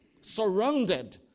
surrounded